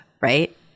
Right